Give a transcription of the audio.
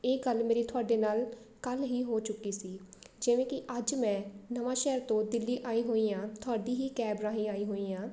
ਇਹ ਗੱਲ ਮੇਰੀ ਤੁਹਾਡੇ ਨਾਲ ਕੱਲ੍ਹ ਹੀ ਹੋ ਚੁੱਕੀ ਸੀ ਜਿਵੇਂ ਕਿ ਅੱਜ ਮੈਂ ਨਵਾਂ ਸ਼ਹਿਰ ਤੋਂ ਦਿੱਲੀ ਆਈ ਹੋਈ ਹਾਂ ਤੁਹਾਡੀ ਹੀ ਕੈਬ ਰਾਹੀਂ ਆਈ ਹੋਈ ਹਾਂ